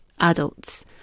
adults